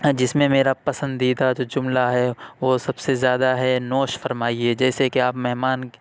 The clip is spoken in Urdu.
جس میں میرا پسندیدہ جو جملہ ہے وہ سب سے زیادہ ہے نوش فرمائیے جیسے کہ آپ مہمان